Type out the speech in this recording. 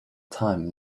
time